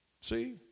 See